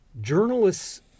journalists